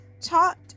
taught